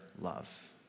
love